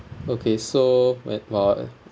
okay so wait while